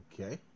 okay